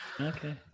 Okay